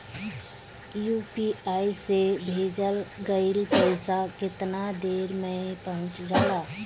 UPI से भेजल गईल पईसा कितना देर में पहुंच जाला?